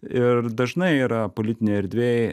ir dažnai yra politinėj erdvėj